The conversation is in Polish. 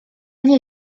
nie